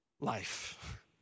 life